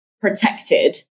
protected